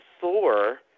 Thor